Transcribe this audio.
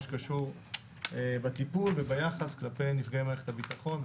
שקשור בטיפול וביחס כלפי נפגעי מערכת הביטחון,